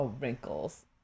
wrinkles